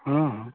हँ हँ